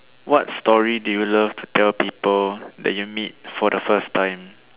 what story do you love to tell people that you meet for the first time